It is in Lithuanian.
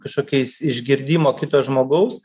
kažkokiais išgirdimo kito žmogaus